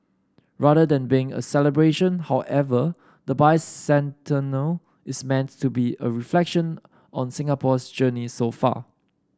rather than being a celebration however the bicentennial is meant to be a reflection on Singapore's journey so far